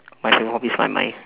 my favourite hobby is my mind